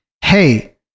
hey